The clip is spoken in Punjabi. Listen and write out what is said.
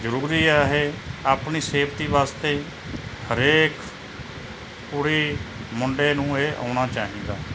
ਜ਼ਰੂਰੀ ਆ ਇਹ ਆਪਣੀ ਸੇਫਟੀ ਵਾਸਤੇ ਹਰੇਕ ਕੁੜੀ ਮੁੰਡੇ ਨੂੰ ਇਹ ਆਉਣਾ ਚਾਹੀਦਾ